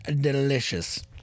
delicious